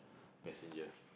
passenger